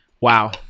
Wow